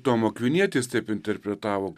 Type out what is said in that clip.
tomo akvinietį jis taip interpretavo